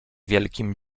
wielkim